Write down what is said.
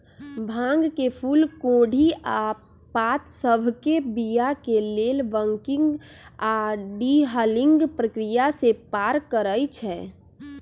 भांग के फूल कोढ़ी आऽ पात सभके बीया के लेल बंकिंग आऽ डी हलिंग प्रक्रिया से पार करइ छै